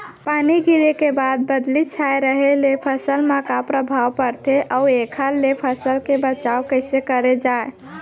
पानी गिरे के बाद बदली छाये रहे ले फसल मा का प्रभाव पड़थे अऊ एखर ले फसल के बचाव कइसे करे जाये?